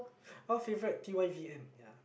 oh favourite T_Y_V_M ya